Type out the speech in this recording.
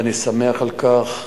ואני שמח על כך.